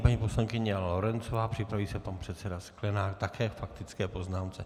Nyní paní poslankyně Jana Lorencová, připraví se pan předseda Sklenák, také k faktické poznámce.